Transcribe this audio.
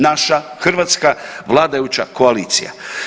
Naša hrvatska vladajuća koalicija.